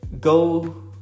go